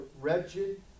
wretched